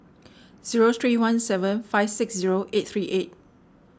zero three one seven five six zero eight three eight